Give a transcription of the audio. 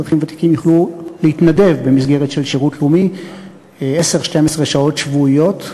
אזרחים ותיקים יוכלו להתנדב במסגרת שירות לאומי 10 12 שעות שבועיות,